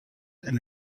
and